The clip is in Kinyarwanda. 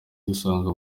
dusanga